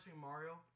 Mario